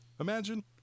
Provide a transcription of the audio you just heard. Imagine